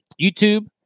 YouTube